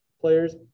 players